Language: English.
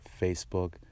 Facebook